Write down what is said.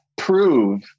prove